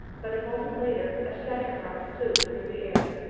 but a moment later a second rock flew through the air.